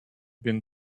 been